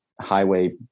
highway